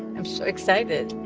i'm so excited